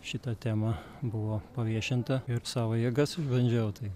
šita tema buvo paviešinta ir savo jėgas išbandžiau tai